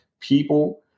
people